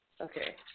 Okay